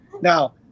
Now